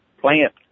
plant